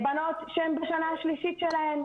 בנות שהן בשנה השלישית שלהן,